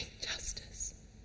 justice